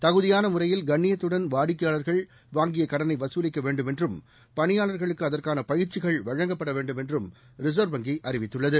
தகுதியானமுறையில் கண்ணியத்தடன் வாடிக்கையாளர்கள் வாங்கியகடனைவசூலிக்கவேண்டும் என்றும் பணியாளர்களுக்குஅதற்கானபயிற்சிகள் வழங்கப்படவேண்டும் என்றும் ரிசர்வ் வங்கிஅறிவித்துள்ளது